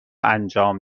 انجام